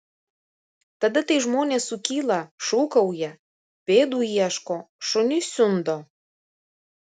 tada tai žmonės sukyla šūkauja pėdų ieško šunis siundo